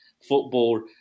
football